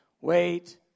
Wait